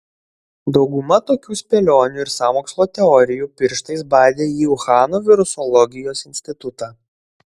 dauguma tokių spėlionių ir sąmokslo teorijų pirštais badė į uhano virusologijos institutą